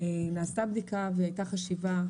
נעשתה בדיקה והייתה חשיבה,